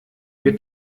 wir